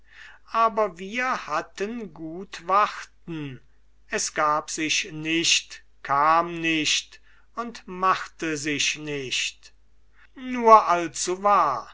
aber wir hatten gut warten es gab sich nicht kam nicht und machte sich nicht nur allzuwahr was